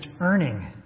earning